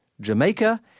Jamaica